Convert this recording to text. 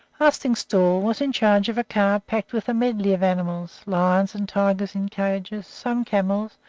arstingstall was in charge of a car packed with a medley of animals lions and tigers in cages, some camels,